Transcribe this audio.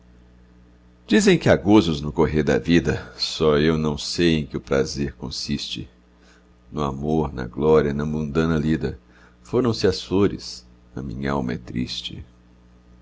dizem que há gozos no correr da vida só eu não sei em que o prazer consiste no amor na glória na mundana lida foram-se as flores a minhalma é triste